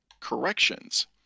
corrections